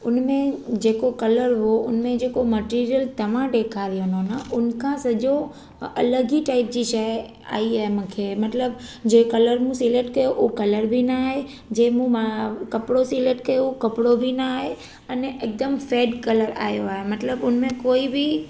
हुन में जेको कलर उहो हुन में जेको मटेरीअल तव्हां ॾेखारियो न लॻियल आहे हुन खां सॼो अलॻ ई टाइप जी शई आईं आहे मूंखे मतलबु जंहिं कलर में सिलेक्ट कयो उहो कलर बि न आहे जंहिं मु मां कपिड़ो सिलेक्ट कयो उहो कपिड़ो बि न आहे अने हिकदमि फ़ेड कलर आयो आहे मतलबु हुन में कोई बि